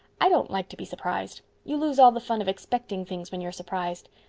i don't like to be surprised. you lose all the fun of expecting things when you're surprised.